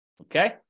okay